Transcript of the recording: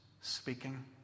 speaking